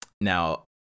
Now